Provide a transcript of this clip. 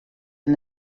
and